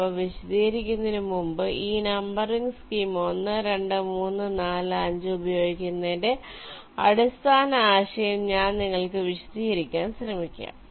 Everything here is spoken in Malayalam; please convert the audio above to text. ഇവ വിശദീകരിക്കുന്നതിനുമുമ്പ് ഈ നമ്പറിംഗ് സ്കീം 1 2 3 4 5 ഉപയോഗിക്കുന്നതിന്റെ അടിസ്ഥാന ആശയം ഞാൻ നിങ്ങൾക്ക് വിശദീകരിക്കാൻ ശ്രമിക്കാം